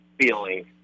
feeling